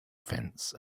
fence